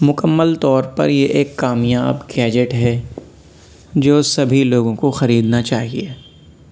مکمل طور پر یہ ایک کامیاب گیجیٹ ہے جو سبھی لوگوں کو خریدنا چاہیے